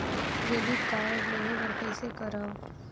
Credit card लेहे बर कइसे करव?